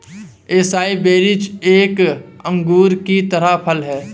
acai berries एक अंगूर की तरह फल हैं